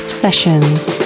sessions